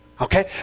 Okay